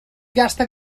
gasta